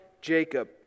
Jacob